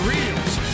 Reels